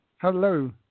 hello